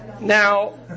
now